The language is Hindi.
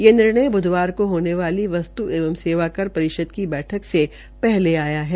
यह निर्णय ब्धवार हो होने वाली वस्त् एवं सेवाकर परिषद की बैठक से पहले आया है